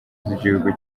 z’igihugu